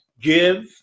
give